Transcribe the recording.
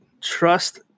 Trust